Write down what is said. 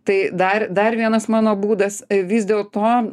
tai dar dar vienas mano būdas vis dėl to